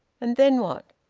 and then what?